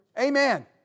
Amen